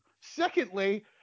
Secondly